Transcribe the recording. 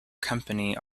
company